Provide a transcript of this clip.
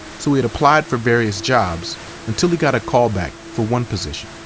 so he had applied for various jobs until he got a call back for one position.